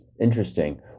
Interesting